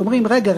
אומרים: רגע,